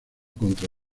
contra